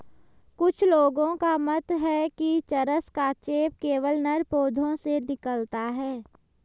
कुछ लोगों का मत है कि चरस का चेप केवल नर पौधों से निकलता है